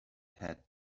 had